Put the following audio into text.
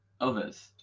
others